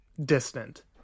distant